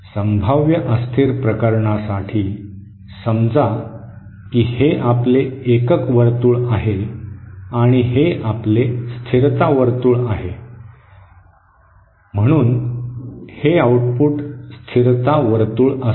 संभाव्य अस्थिर प्रकरणासाठी समजा की हे आपले एकक वर्तुळ आहे आणि हे आपले स्थिरता वर्तुळ आहे म्हणून हे आउटपुट स्थिरता वर्तुळ असेल